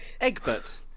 Egbert